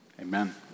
amen